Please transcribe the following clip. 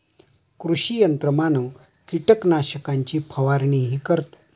कृषी यंत्रमानव कीटकनाशकांची फवारणीही करतो